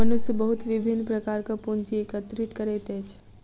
मनुष्य बहुत विभिन्न प्रकारक पूंजी एकत्रित करैत अछि